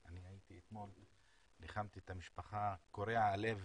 אני הייתי אתמול, ניחמתי את המשפחה, קורע לב.